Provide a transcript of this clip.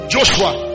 Joshua